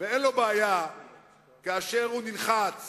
שאין לו בעיה כאשר הוא נלחץ